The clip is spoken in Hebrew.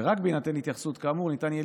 ורק בהינתן התייחסות כאמור ניתן יהיה